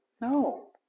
No